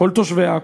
ושל כל תושבי עכו.